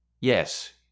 Yes